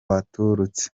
baturutse